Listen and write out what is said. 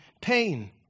pain